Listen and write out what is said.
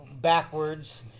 backwards